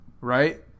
right